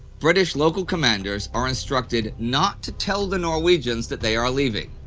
british local commanders are instructed not to tell the norwegians that they are leaving.